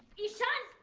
ishaan.